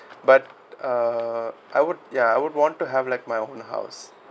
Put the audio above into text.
but uh I would ya I would want to have like my own house